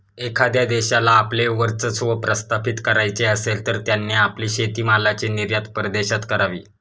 एखाद्या देशाला आपले वर्चस्व प्रस्थापित करायचे असेल, तर त्यांनी आपली शेतीमालाची निर्यात परदेशात करावी